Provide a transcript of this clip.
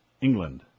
England